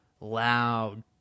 loud